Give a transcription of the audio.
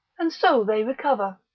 and so they recover.